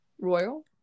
royal